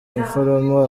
umuforomo